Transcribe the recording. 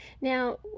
Now